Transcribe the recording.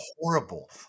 horrible